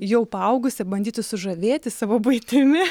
jau paaugusią bandyti sužavėti savo buitimi